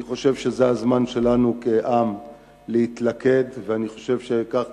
אני חושב שזה הזמן שלנו כעם להתלכד, ואני חושב שכך